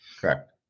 Correct